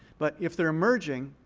but if they're emerging,